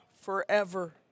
forever